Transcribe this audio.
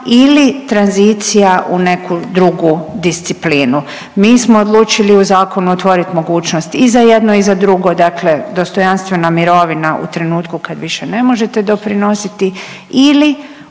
ili tranzicija u neku drugu disciplinu. Mi smo odlučili u zakonu otvorit mogućnost i za jedno i za drugo, dakle dostojanstvena mirovina u trenutku kad više ne možete doprinositi ili